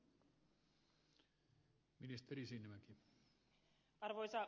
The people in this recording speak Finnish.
arvoisa puhemies